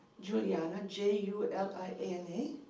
juliana, j u l i a n a,